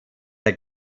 der